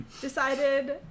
decided